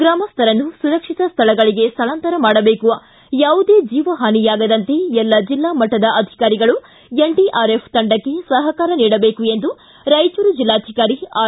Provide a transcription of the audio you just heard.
ಗ್ರಾಮಸ್ಥರನ್ನು ಸುರಕ್ಷಿತ ಸ್ಥಳಗಳಿಗೆ ಸ್ಥಳಾಂತರ ಮಾಡಬೇಕು ಯಾವುದೇ ಜೀವಹಾನಿಯಾಗದಂತೆ ಎಲ್ಲ ಜಿಲ್ಲಾ ಮಟ್ಟದ ಅಧಿಕಾರಿಗಳು ಎನ್ಡಿಆರ್ಎಫ್ ತಂಡಕ್ಕೆ ಸಹಕಾರ ನೀಡಬೇಕು ಎಂದು ರಾಯಚೂರು ಜಿಲ್ಲಾಧಿಕಾರಿ ಆರ್